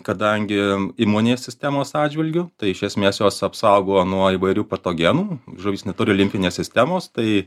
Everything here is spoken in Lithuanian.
kadangi imuninės sistemos atžvilgiu tai iš esmės jos apsaugo nuo įvairių patogenų žuvys neturi limfinės sistemos tai